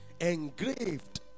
engraved